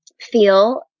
feel